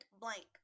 Blank